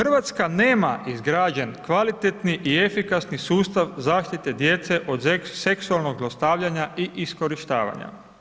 Hrvatska nema izgrađen kvalitetni i efikasni sustav zaštite djece od seksualnog zlostavljanja i iskorištavanja.